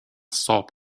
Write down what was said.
stopped